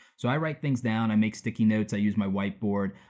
so i write things down, i make sticky notes, i use my white board,